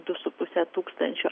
du su puse tūkstančio